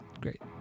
great